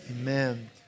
amen